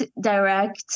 direct